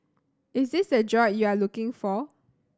is this the droid you're looking for